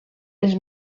els